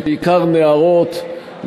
בעיקר נערות,